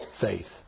faith